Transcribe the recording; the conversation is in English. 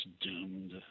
doomed